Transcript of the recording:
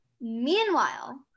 meanwhile